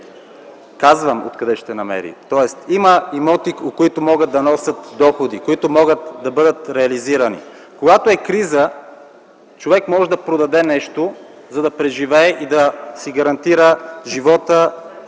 Казвам откъде ще намери, тоест има имоти, които могат да носят доходи, които могат да бъдат реализирани. Когато е криза, човек може да продаде нещо, за да преживее и да си гарантира живота